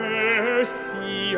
mercy